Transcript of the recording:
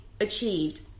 achieved